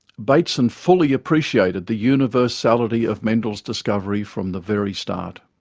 bateson fully appreciated the universality of mendel's discovery from the very start.